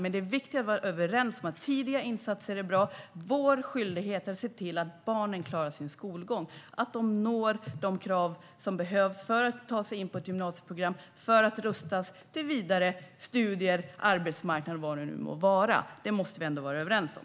Det viktiga är att vara överens om att tidiga insatser är bra. Vår skyldighet är att se till att barnen klarar sin skolgång och når vad som krävs för att ta sig in på ett gymnasieprogram så att de rustas till vidare studier, arbetsmarknaden eller vad det må vara. Detta måste vi ändå vara överens om.